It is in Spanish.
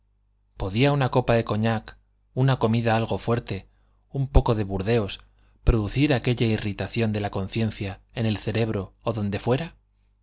podía una copa de cognac una comida algo fuerte un poco de burdeos producir aquella irritación en la conciencia en el cerebro o donde fuera